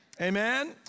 Amen